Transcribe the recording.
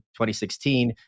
2016